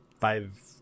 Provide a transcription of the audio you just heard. Five